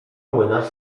młynarz